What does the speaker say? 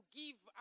give